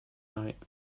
tonight